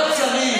לא צריך,